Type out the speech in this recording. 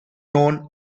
known